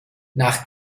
nach